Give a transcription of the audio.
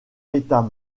états